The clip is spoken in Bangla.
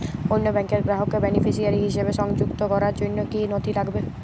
অন্য ব্যাংকের গ্রাহককে বেনিফিসিয়ারি হিসেবে সংযুক্ত করার জন্য কী কী নথি লাগবে?